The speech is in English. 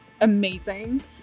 amazing